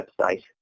website